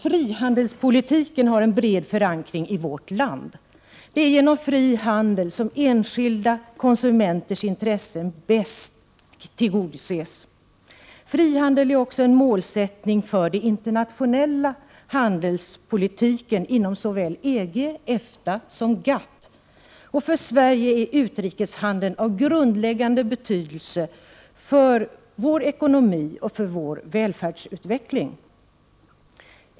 Frihandelspolitiken har en bred förankring i vårt land. Det är genom fri handel som enskilda konsumenters intressen bäst tillgodoses. Frihandel är också en målsättning för den internationella handelspolitiken inom såväl EG, EFTA som GATT, och för Sverige är utrikeshandeln av grundläggande betydelse för vår ekonomi och vår välfärdsutveckling.